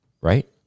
right